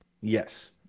Yes